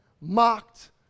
mocked